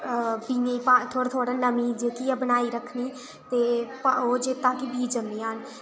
बीएं गी थोह्ड़ी थोह्ड़ी नम्मी जेह्की ऐ बनाई रक्खनीओह तां केह् बीऽ जम्मी जाह्न